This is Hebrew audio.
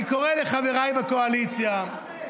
אני קורא לחבריי בקואליציה, חמד,